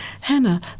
Hannah